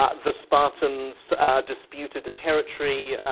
ah the spartans disputed a territory,